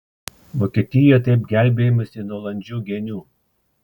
vokietijoje taip gelbėjamasi nuo landžių genių